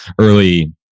early